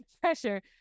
pressure